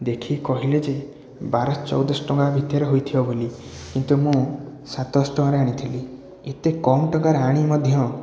ଦେଖିକି କହିଲେ ଯେ ବାର ଶହ ଚଉଦ ଶହ ଟଙ୍କା ଭିତରେ ହୋଇଥିବ ବୋଲି କିନ୍ତୁ ମୁଁ ସାତ ଶହ ଟଙ୍କାରେ ଆଣିଥିଲି ଏତେ କମ୍ ଟଙ୍କାରେ ଆଣି ମଧ୍ୟ